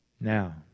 Now